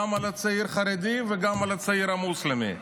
גם על צעיר חרדי וגם על צעיר מוסלמי.